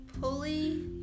pulley